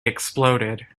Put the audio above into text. exploded